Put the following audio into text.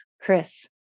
Chris